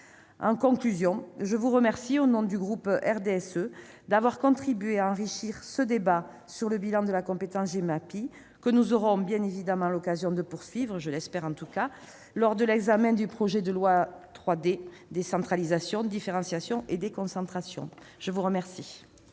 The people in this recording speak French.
En conclusion, je vous remercie au nom du groupe du RDSE d'avoir contribué à enrichir ce débat sur le bilan de la compétence Gemapi que nous aurons bien évidemment l'occasion de poursuivre- je l'espère en tout cas -lors de l'examen du projet de loi Décentralisation, différenciation et déconcentration. Nous en